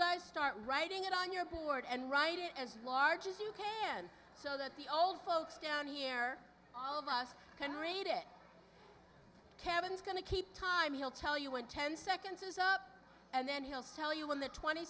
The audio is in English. guys start writing it on your board and write it as large as you can so that the old folks down here all of us can read it kevin is going to keep time he'll tell you when ten seconds is up and then heels tell you when the twenty